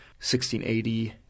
1680